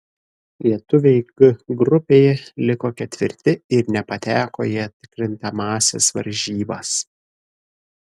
lietuviai g grupėje liko ketvirti ir nepateko į atkrintamąsias varžybas